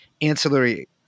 ancillary